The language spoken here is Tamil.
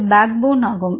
இது பேக்போன் ஆகும்